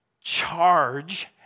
charge